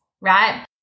right